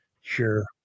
Sure